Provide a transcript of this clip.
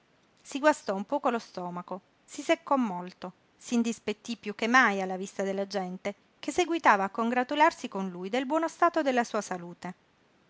si guastò un poco lo stomaco si seccò molto s'indispettí piú che mai della vista della gente che seguitava a congratularsi con lui del buono stato della sua salute